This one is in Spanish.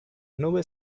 nubes